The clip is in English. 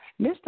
Mr